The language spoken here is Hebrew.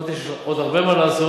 אמרתי שיש עוד הרבה מה לעשות,